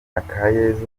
akayezu